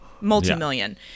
multi-million